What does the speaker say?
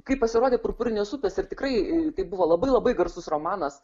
kai pasirodė purpurinės upės ir tikrai tai buvo labai labai garsus romanas